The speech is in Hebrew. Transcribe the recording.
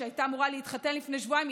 שהייתה אמורה להתחתן לפני שבועיים,